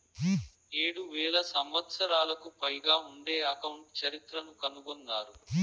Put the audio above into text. ఏడు వేల సంవత్సరాలకు పైగా ఉండే అకౌంట్ చరిత్రను కనుగొన్నారు